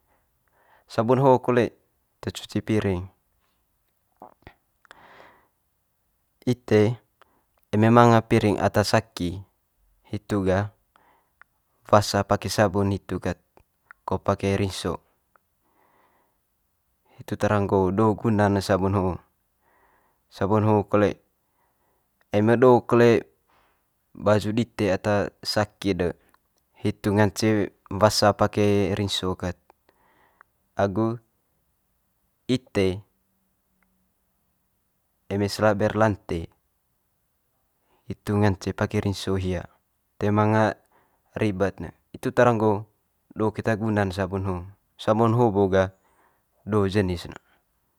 Sabun ho kole te cuci piring ite eme manga piring ata saki hitu gah wasa pake sabun hitu ket ko pake rinso. Hitu tara nggo'o do guna'n ne sabun ho'o. Sabun ho'o kole eme do kole baju dite ata saki'd de hitu ngance wasa pake rinso ket agu ite eme selaber lante hitu ngance pake rinso hia, toe manga ribet ne. Itu tara nggo do keta guna'n sabun ho, sabun ho bo ga do jenis ne.